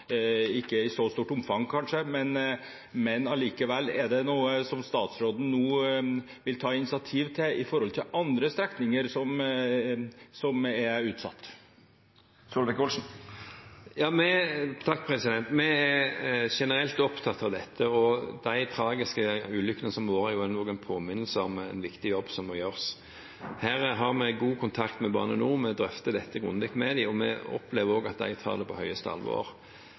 ikke i så stort omfang, kanskje, men likevel. Vil statsråden ta noe initiativ når det gjelder andre strekninger som er utsatt? Vi er generelt opptatt av dette, og de tragiske ulykkene som har vært, er også en påminnelse om en viktig jobb som må gjøres. Her har vi god kontakt med Bane Nor. Vi drøfter dette grundig med dem, og vi opplever også at de tar det på høyeste alvor.